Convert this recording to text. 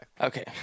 Okay